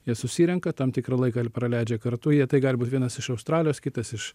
jie susirenka tam tikrą laiką praleidžia kartu jie tai gali būt vienas iš australijos kitas iš